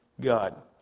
God